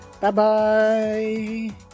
Bye-bye